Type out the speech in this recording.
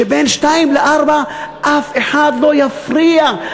שבין 14:00 ל-16:00 אף אחד לא יפריע,